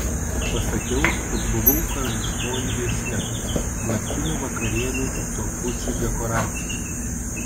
pasakiau kad buvau karališkoji viešnia naktinių vakarėlių sofučių dekoracija